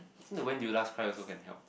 think the when do you last cried also can help